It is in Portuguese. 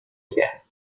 quer